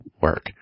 work